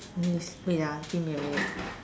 miss wait ah give me a minute